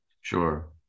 Sure